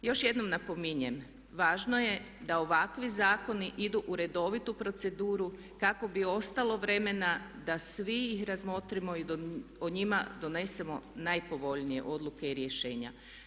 Još jednom napominjem, važno je da ovakvi zakoni idu u redovitu proceduru kako bi ostalo vremena da svi ih razmotrimo i da o njima donesemo najpovoljnije odluke i rješenja.